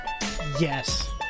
Yes